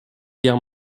guerre